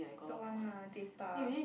don't want lah data